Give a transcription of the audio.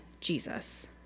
Jesus